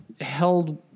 held